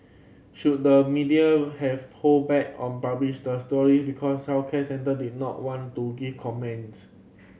should the media have hold back on publish the story because our did not want to give comments